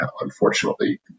unfortunately